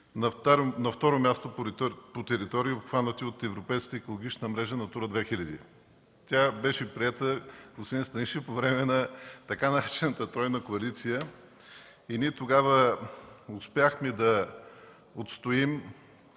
на второ място по територии, обхванати от европейската екологична мрежа „Натура 2000”. Тя беше приета, господин Станишев, по време на така наречената „тройна коалиция” и ние тогава успяхме да отстоим.